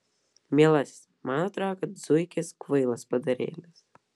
mielasis man atrodo kad zuikis kvailas padarėlis